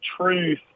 truth